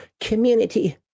community